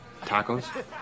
Tacos